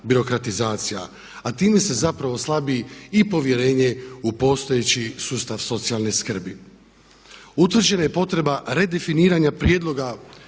a time se zapravo slabi i povjerenje u postojeći sustav socijalne skrbi. Utvrđena je potreba redefiniranja prijedloga